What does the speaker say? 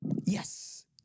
Yes